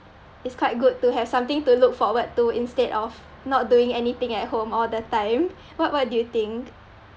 it's quite good to have something to look forward to instead of not doing anything at home all the time what what do you think